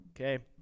okay